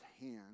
hand